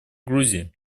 грузии